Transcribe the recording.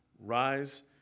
Rise